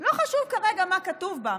לא חשוב כרגע מה כתוב בה.